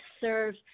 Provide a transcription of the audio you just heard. serve